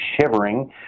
shivering